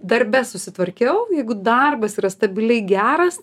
darbe susitvarkiau jeigu darbas yra stabiliai geras